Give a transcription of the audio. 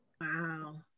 Wow